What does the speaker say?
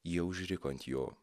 jie užriko ant jo